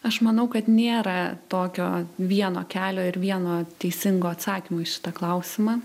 aš manau kad nėra tokio vieno kelio ir vieno teisingo atsakymo į šitą klausimą